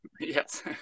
Yes